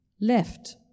left